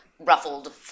ruffled